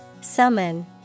Summon